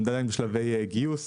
הן עדיין בשלבי גיוס,